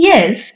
Yes